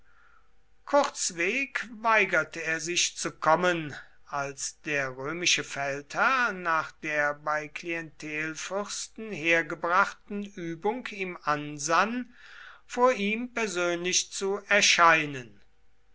kurzweg weigerte er sich zu kommen als der römische feldherr nach der bei klientelfürsten hergebrachten übung ihm ansann vor ihm persönlich zu erscheinen